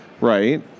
right